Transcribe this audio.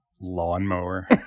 Lawnmower